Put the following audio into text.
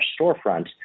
Storefront